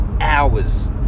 hours